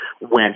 went